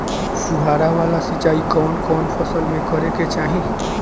फुहारा वाला सिंचाई कवन कवन फसल में करके चाही?